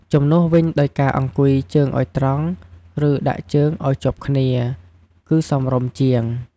ជំនួសវិញដោយការ អង្គុយជើងឲ្យត្រង់ ឬដាក់ជើងអោយជាប់គ្នា គឺសមរម្យជាង។